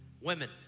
Women